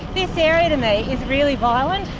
this area to me is really violent,